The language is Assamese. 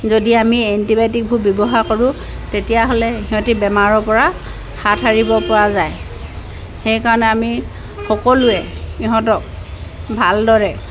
যদি আমি এণ্টিবায়'টিকবোৰ ব্যৱহাৰ কৰোঁ তেতিয়াহ'লে সিহঁতে বেমাৰৰ পৰা হাত সাৰিব পৰা যায় সেইকাৰণে আমি সকলোৱে ইহঁতক ভালদৰে